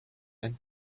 and